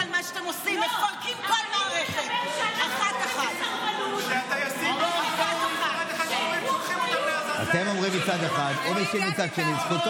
אף אחד מכם לא אמר ששלמה קרעי אמר "לכו לעזאזל"